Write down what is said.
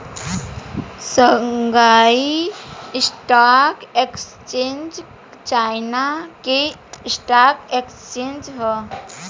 Shanghai stock exchange China के stock exchange ह